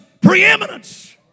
preeminence